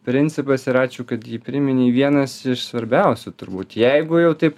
principas ir ačiū kad jį priminei vienas iš svarbiausių turbūt jeigu jau taip